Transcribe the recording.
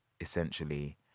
essentially